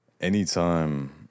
Anytime